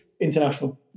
international